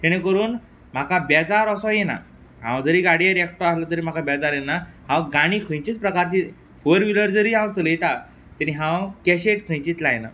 जेणे करून म्हाका बेजार असो येयना हांव जरी गाडयेर एकटो आसलों तरी म्हाका बेजार येना हांव गाणीं खंयचींच प्रकारची फोर व्हिलर जरी हांव चलयता तरी हांव कॅशेट खंयची ती लायना